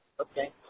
Okay